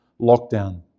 lockdown